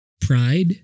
pride